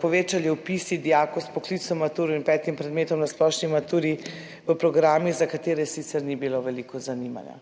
povečali vpisi dijakov s poklicno maturo in petim predmetom na splošni maturi v programih, za katere sicer ni bilo veliko zanimanja